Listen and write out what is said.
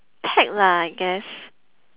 peck lah I guess